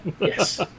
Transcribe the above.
Yes